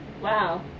Wow